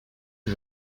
que